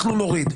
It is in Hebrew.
אנחנו נוריד.